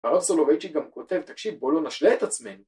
הרב סולובייצ'יק גם כותב, תקשיב בוא לא נשלה את עצמנו